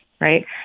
Right